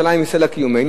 ירושלים היא סלע קיומנו,